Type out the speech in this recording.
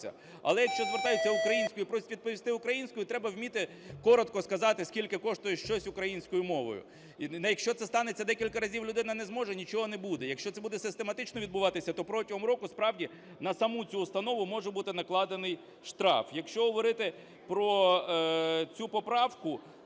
Але якщо звертаються українською і просять відповісти українською, треба вміти коротко сказати, скільки коштує щось українською мовою. Ну якщо це станеться декілька разів, людина не зможе – нічого не буде. Якщо це буде систематично відбуватися, то протягом року, справді, на саму цю установу може бути накладений штраф. Якщо говорити про цю поправку,